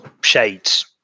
shades